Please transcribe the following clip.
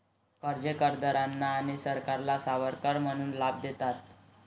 कर्जे कर्जदारांना आणि सरकारला सावकार म्हणून लाभ देतात